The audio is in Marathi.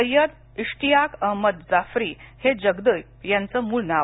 सय्यद इश्तियाक अहमद जाफरी हे जगदीप यांचं मूळ नाव